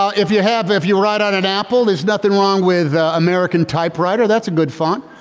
ah if you have if you write on an apple there's nothing wrong with american typewriter. that's a good font.